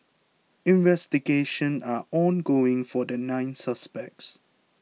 investigation are ongoing for the nine suspects